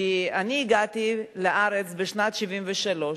כי אני הגעתי לארץ בשנת 1973,